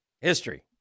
history